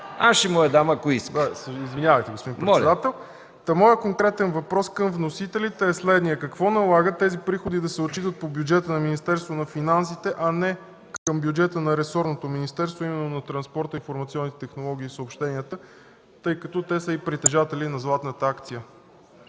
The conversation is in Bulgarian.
Аз ще му я дам, ако иска! ИВАЙЛО МОСКОВСКИ: Извинявайте, господин председател. Конкретният въпрос към вносителите е следният: какво налага тези приходи да се отчитат по бюджета на Министерството на финансите, а не към бюджета на ресорното Министерство на транспорта, информационните технологии и съобщенията, тъй като те са и притежатели на „златната акция”?